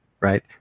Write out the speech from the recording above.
right